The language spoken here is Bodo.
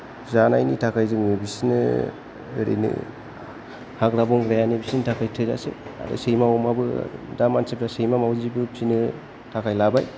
जानायनि थाखाय जोङो बिसोरनो ओरैनो हाग्रा बंग्रायानो बिसोरनि थाखाय थोजासे आरो सैमा अमाबो दा मानसिफ्रा सैमा माउजिबो फिनो थाखाय लाबाय